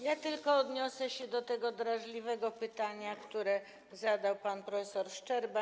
Ja tylko odniosę się do tego drażliwego pytania, które zadał pan prof. Szczerba.